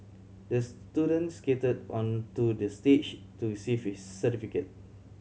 the student skated onto the stage to receive his certificate